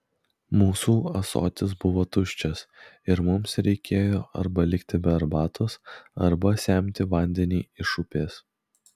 mūsų ąsotis buvo tuščias ir mums reikėjo arba likti be arbatos arba semti vandenį iš upės